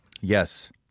Yes